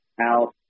out